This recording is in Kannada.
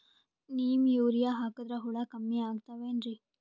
ನೀಮ್ ಯೂರಿಯ ಹಾಕದ್ರ ಹುಳ ಕಮ್ಮಿ ಆಗತಾವೇನರಿ?